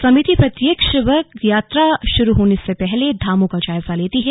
समिति प्रत्येक वर्ष यात्रा शुरू होने से पहले धामों का जायजा लेती है